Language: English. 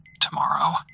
tomorrow